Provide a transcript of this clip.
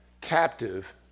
captive